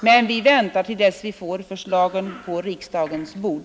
Men vi väntar tills vi får förslagen på riksdagens bord.